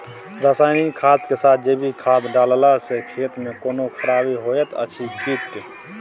रसायनिक खाद के साथ जैविक खाद डालला सॅ खेत मे कोनो खराबी होयत अछि कीट?